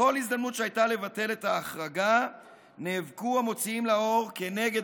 בכל הזדמנות שהייתה לבטל את ההחרגה נאבקו המוציאים לאור כנגד